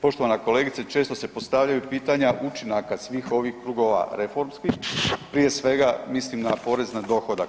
Poštovana kolegice, često se postavljaju pitanja učinaka svih ovih krugova reformskih prije svega mislim na porez na dohodak.